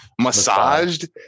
massaged